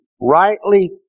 rightly